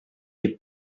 est